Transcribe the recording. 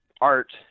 art